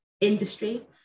industry